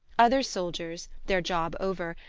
other soldiers, their job over,